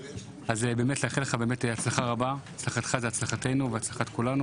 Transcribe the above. אני מאחל לך בהצלחה רבה, הצלחת זאת הצלחת כולנו.